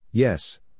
Yes